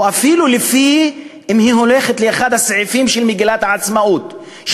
או אפילו לפי אחד הסעיפים של מגילת העצמאות,